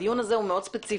הדיון הזה מאוד ספציפי